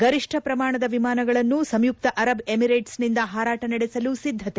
ಗರಿಷ್ನ ಪ್ರಮಾಣದ ವಿಮಾನಗಳನ್ನು ಸಂಯುಕ್ತ ಅರಬ್ ಎಮಿರೇಟ್ಸ್ನಿಂದ ಹಾರಾಟ ನಡೆಸಲು ಸಿದ್ದತೆ